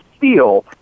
feel